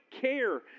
care